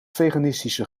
veganistische